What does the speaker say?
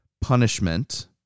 punishment